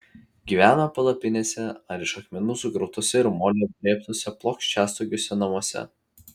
gyveno palapinėse ar iš akmenų sukrautuose ir moliu apdrėbtuose plokščiastogiuose namuose